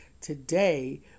today